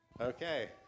Okay